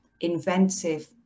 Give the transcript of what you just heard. inventive